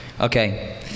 Okay